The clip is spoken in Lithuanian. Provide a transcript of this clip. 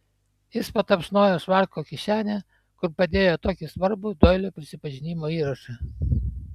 jis patapšnojo švarko kišenę kur padėjo tokį svarbų doilio prisipažinimo įrašą